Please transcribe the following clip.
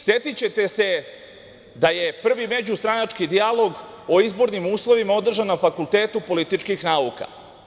Setićete se da je prvi međustranački dijalog o izbornim uslovima održan na Fakultetu političkih nauka.